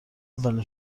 اولین